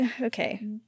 Okay